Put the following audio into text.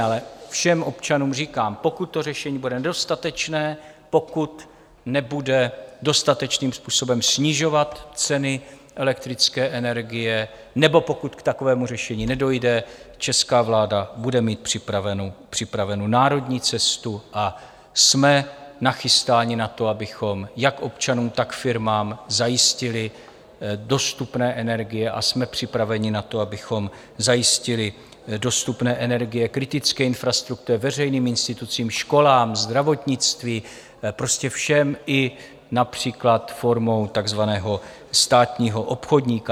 Ale všem občanům říkám, pokud to řešení bude nedostatečné, pokud nebude dostatečným způsobem snižovat ceny elektrické energie nebo pokud k takovému řešení nedojde, česká vláda bude mít připravenu národní cestu a jsme nachystáni na to, abychom jak občanům, tak firmám zajistili dostupné energie, a jsme připraveni na to, abychom zajistili dostupné energie kritické infrastruktuře, veřejným institucím, školám, zdravotnictví, prostě všem i například formou takzvaného státního obchodníka.